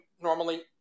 normally